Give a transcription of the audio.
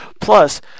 Plus